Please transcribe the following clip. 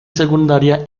secundaria